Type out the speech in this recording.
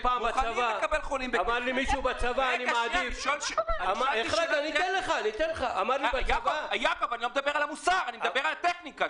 אני לא מדבר על המוסר אלא אני מדבר על הטכניקה.